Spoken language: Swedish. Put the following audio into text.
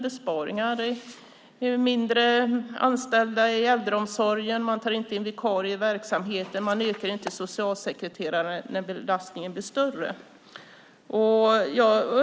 Det är färre anställda i äldreomsorgen, man tar inte in vikarier i verksamheten och man ökar inte antalet socialsekreterare när belastningen blir större.